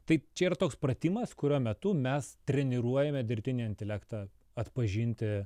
tai čia yra toks pratimas kurio metu mes treniruojame dirbtinį intelektą atpažinti